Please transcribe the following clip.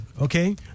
okay